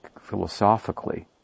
philosophically